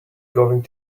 going